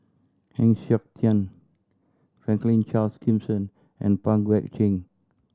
Heng Siok Tian Franklin Charles Gimson and Pang Guek Cheng